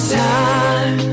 time